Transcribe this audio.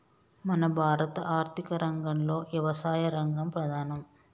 మన భారత ఆర్థిక రంగంలో యవసాయ రంగం ప్రధానం